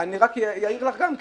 אני רק אעיר לך גם כן.